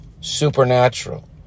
supernatural